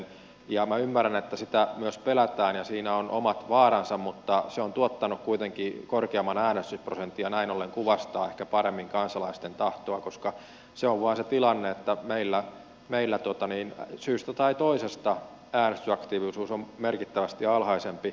minä ymmärrän että sitä myös pelätään ja siinä on omat vaaransa mutta se on tuottanut kuitenkin korkeamman äänestysprosentin ja näin ollen kuvastaa ehkä paremmin kansalaisten tahtoa koska se on vain se tilanne että meillä syystä tai toisesta äänestysaktiivisuus on merkittävästi alhaisempi